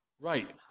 Right